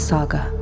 Saga